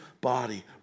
body